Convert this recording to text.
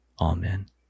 Amen